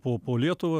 po po lietuvą